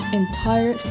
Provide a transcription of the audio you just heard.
entire